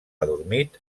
adormit